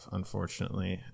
unfortunately